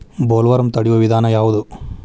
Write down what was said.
Bollworm ತಡಿಯು ವಿಧಾನ ಯಾವ್ದು?